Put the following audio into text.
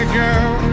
girl